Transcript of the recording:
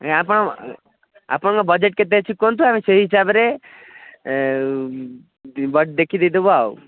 ଆପଣ ଆପଣଙ୍କ ବଜେଟ କେତେ ଅଛି କୁହନ୍ତୁ ଆମେ ସେଇ ହିସାବରେ ଦେଖି ଦେଇ ଦେବା ଆଉ